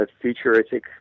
futuristic